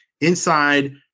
inside